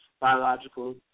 biological